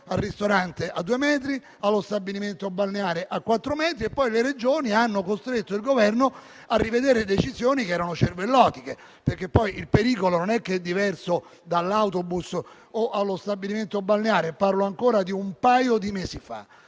al ristorante a due metri, allo stabilimento balneare a quattro metri e poi le Regioni hanno costretto il Governo a rivedere decisioni che erano cervellotiche: il pericolo, infatti, non è diverso sull'autobus o allo stabilimento balneare. E sto parlando di un paio di mesi fa.